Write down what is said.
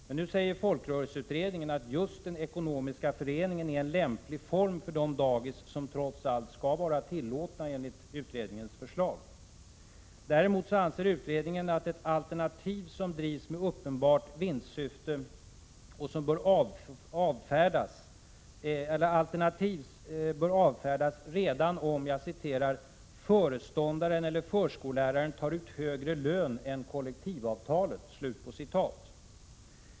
Men nu säger folkrörelseutredningen att SOrgrrebnfe: just den ekonomiska föreningen är en lämplig form för de dagis som trots allt skall vara tillåtna. Däremot anser utredningen att ett alternativ drivs med uppenbart vinstsyfte och bör avfärdas redan om ”föreståndaren eller förskolläraren tar ut högre lön än kollektivavtalet”.